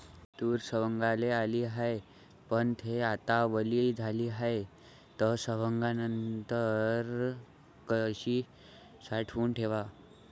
तूर सवंगाले आली हाये, पन थे आता वली झाली हाये, त सवंगनीनंतर कशी साठवून ठेवाव?